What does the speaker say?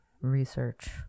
research